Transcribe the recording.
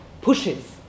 pushes